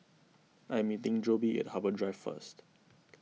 I am meeting Jobe at Harbour Drive first